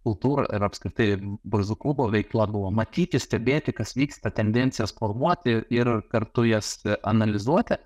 kultūra ir apskritai barzdų klubo veikla buvo matyti stebėti kas vyksta tendencijas formuoti ir kartu jas analizuoti